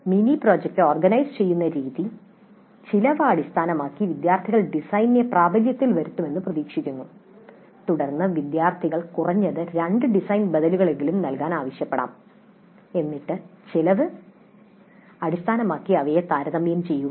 mini project organise ചെയ്യുന്ന രീതി ചെലവ് അടിസ്ഥാനമാക്കി വിദ്യാർത്ഥികൾ ഡിസൈനിനെ പ്രാബല്യത്തിൽ വരുത്തുമെന്ന് പ്രതീക്ഷിക്കുന്നു തുടർന്ന് വിദ്യാർത്ഥികൾ കുറഞ്ഞത് രണ്ട് ഡിസൈൻ ബദലുകളെങ്കിലും നൽകാൻ ആവശ്യപ്പെടാം എന്നിട്ട് ചെലവ് അടിസ്ഥാനമാക്കി അവ താരതമ്യം ചെയ്യുക